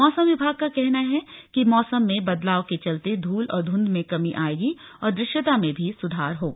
मौसम विभाग का कहना है कि मौसम में बदलाव के चलते धूल और धूंध में कमी आयेगी और दृश्यता में भी सुधार होगा